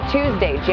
Tuesday